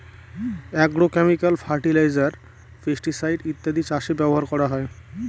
agrochemical fertiliser, pesticide ইত্যাদি চাষে ব্যবহার করা হয়